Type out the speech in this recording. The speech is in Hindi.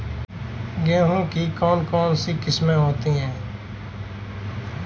गेहूँ की कौन कौनसी किस्में होती है?